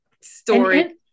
story